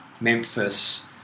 Memphis